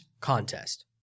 contest